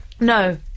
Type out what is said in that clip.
No